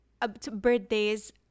birthdays